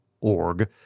org